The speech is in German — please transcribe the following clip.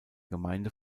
gemeinde